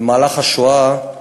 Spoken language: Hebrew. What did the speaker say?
במהלך השואה,